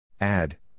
Add